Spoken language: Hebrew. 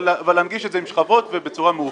אבל להנגיש את זה עם שכבות ובצורה מאוחדת.